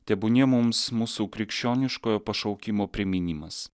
tebūnie mums mūsų krikščioniškojo pašaukimo priminimas